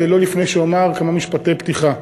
לא לפני שאומר כמה משפטי פתיחה.